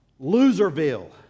Loserville